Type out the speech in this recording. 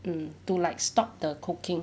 mm to like stop the cooking